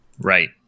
Right